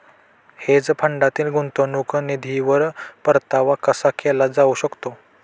Hedge फंडातील गुंतवणूक निधीवर परतावा कसा केला जाऊ शकतो?